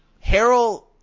Harold